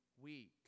week